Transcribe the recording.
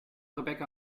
rebecca